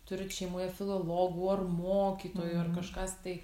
turit šeimoje filologų ar mokytojų ar kažkas tai